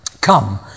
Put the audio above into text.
Come